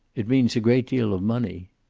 it means a great deal of money.